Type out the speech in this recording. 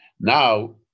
Now